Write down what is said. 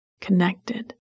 connected